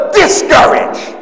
discourage